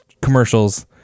commercials